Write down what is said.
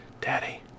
daddy